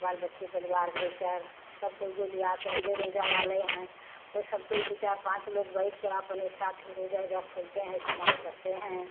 बाल बच्चे परिवार लेकर सब कोई को लियाकर जे रोजा वाले हैं वो सब कोई दो चार पाँच लोग बैठकर अपने साथ रोजा ओजा खोलते हैं इस्तेमाल करते हैं